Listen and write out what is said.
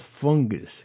fungus